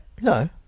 No